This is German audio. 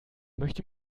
möchte